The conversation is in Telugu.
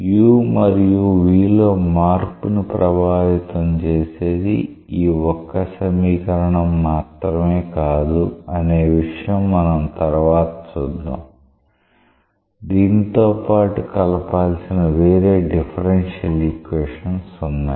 u మరియు v లో మార్పుని ప్రభావితం చేసేది ఈ ఒక్క సమీకరణం మాత్రమే కాదు అనే విషయం మనం తర్వాత చూద్దాం దీనితో పాటు కలపాల్సిన వేరే డిఫరెన్షియల్ ఈక్వేషన్స్ ఉన్నాయి